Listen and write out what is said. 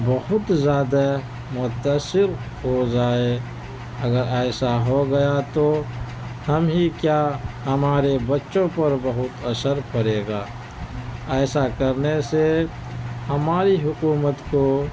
بہت زیادہ متأثر ہو جائے اگر ایسا ہوگیا تو ہم ہی کیا ہمارے بچوں کو پر بہت اثر پڑے گا ایسا کرنے سے ہماری حکومت کو